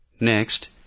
Next